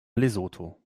lesotho